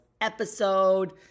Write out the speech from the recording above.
episode